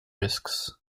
risks